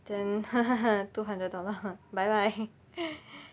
then two hundred dollar bye bye